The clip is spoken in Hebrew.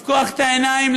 לפקוח את העיניים,